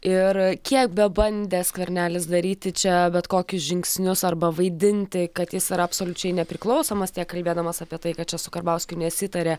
ir kiek bebandė skvernelis daryti čia bet kokius žingsnius arba vaidinti kad jis yra absoliučiai nepriklausomas tiek kalbėdamas apie tai kad čia su karbauskiu nesitarė